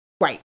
Right